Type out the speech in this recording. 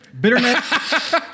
Bitterness